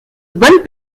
bonnes